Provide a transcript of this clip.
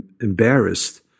embarrassed